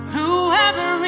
Whoever